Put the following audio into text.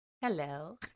Hello